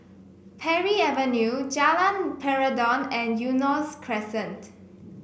Parry Avenue Jalan Peradun and Eunos Crescent